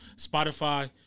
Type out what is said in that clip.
Spotify